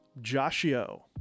Joshio